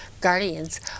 guardians